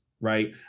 right